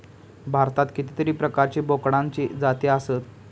भारतात कितीतरी प्रकारचे बोकडांचे जाती आसत